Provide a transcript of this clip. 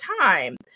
time